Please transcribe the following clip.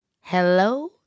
hello